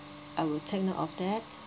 I will take note of that